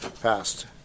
Passed